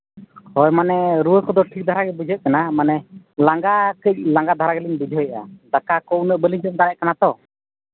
ᱦᱳᱭ ᱢᱟᱱᱮ ᱨᱩᱣᱟᱹ ᱠᱚᱫᱚ ᱴᱷᱤᱠ ᱫᱷᱟᱨᱟ ᱜᱮ ᱵᱩᱡᱷᱟᱹᱜ ᱠᱟᱱᱟ ᱢᱟᱱᱮ ᱞᱟᱸᱜᱟ ᱠᱟᱹᱡ ᱞᱟᱸᱜᱟ ᱫᱷᱟᱨᱟ ᱜᱮᱞᱤᱧ ᱵᱩᱡᱷᱟᱹᱣᱫᱟ ᱫᱟᱠᱟ ᱠᱚ ᱩᱱᱟᱹᱜ ᱵᱟᱹᱞᱤᱧ ᱡᱚᱢ ᱫᱟᱲᱮᱭᱟᱜ ᱠᱟᱱᱟ ᱛᱚ